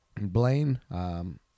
Blaine